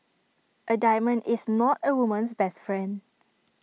A diamond is not A woman's best friend